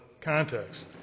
context